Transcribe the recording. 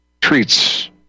treats